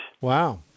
Wow